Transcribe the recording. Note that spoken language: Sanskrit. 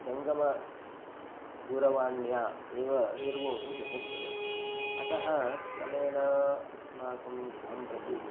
जङ्गमदूरवाण्या एव निर्वोढुं न शक्यते अतः क्रमेण अस्माकं गृहं प्रति